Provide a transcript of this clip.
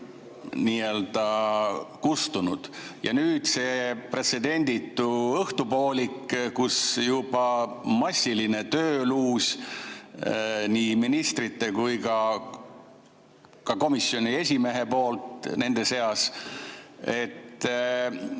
nii-öelda kustunud. Ja nüüd see pretsedenditu õhtupoolik, kui oli juba massiline tööluus nii ministrite kui ka komisjoni esimehe poolt nende seas.